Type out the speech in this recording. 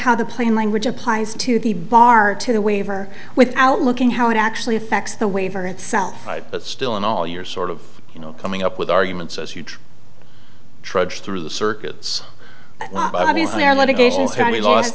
how the plain language applies to the bar to the waiver without looking how it actually affects the waiver itself but still in all you're sort of you know coming up with arguments as you try trudge through the circuits